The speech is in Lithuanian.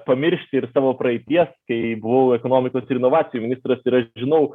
pamiršti ir savo praeities kai buvau ekonomikos ir inovacijų ministras ir aš žinau